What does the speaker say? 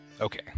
Okay